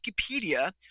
Wikipedia